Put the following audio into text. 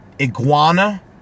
Iguana